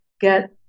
get